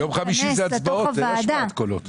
ביום חמישי אלה הצבעות ולא השמעת קולות.